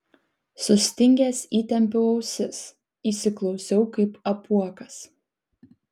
sustingęs įtempiau ausis įsiklausiau kaip apuokas